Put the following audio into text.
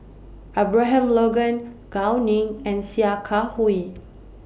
Abraham Logan Gao Ning and Sia Kah Hui